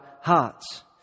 hearts